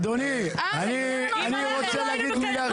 אדוני, אני רוצה להגיד מילה רגע.